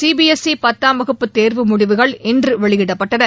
C B S E பத்தாம் வகுப்பு தேர்வு முடிவுகள் இன்று வெளியிடப்பட்டன